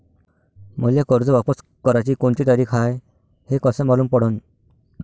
मले कर्ज वापस कराची कोनची तारीख हाय हे कस मालूम पडनं?